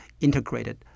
integrated